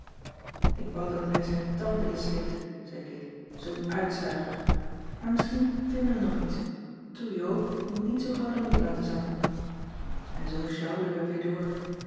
ik wou dat hij zijn tand inslikte zei kit zoo'n uitzuiger maar misschien vinden we nog iets toe joop je moet niet zoo gauw den moed laten zakken en zoo sjouwden we weer door